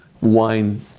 Wine